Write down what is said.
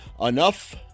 enough